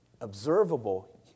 observable